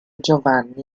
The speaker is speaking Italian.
giovanni